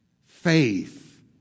faith